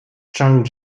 zhang